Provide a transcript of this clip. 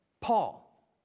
Paul